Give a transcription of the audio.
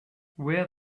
wear